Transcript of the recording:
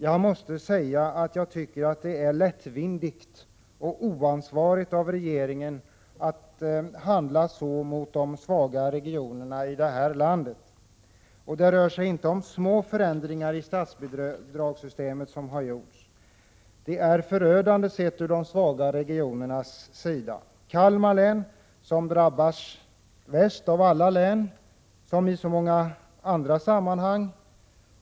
Jag måste säga att jag tycker att det är lättvindigt och oansvarigt av regeringen att handla så mot de svaga Det rör sig inte om små förändringar i statsbidragssystemet. Det är förödande förändringar ur de svaga regionernas synpunkt. Kalmar län drabbas värst av alla, som i så många andra sammanhang.